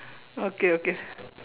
okay okay